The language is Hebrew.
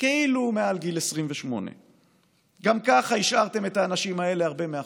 כאילו הוא מעל גיל 28. גם ככה השארתם את האנשים האלה הרבה מאחור.